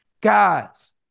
Guys